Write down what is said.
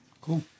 Cool